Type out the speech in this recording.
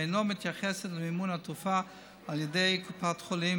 ואינה מתייחסת למימון התרופה על ידי קופת חולים,